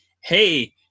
hey